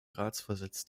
ratsvorsitz